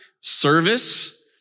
Service